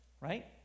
right